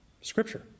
scripture